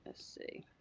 ah see.